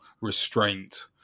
restraint